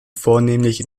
vornehmlich